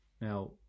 Now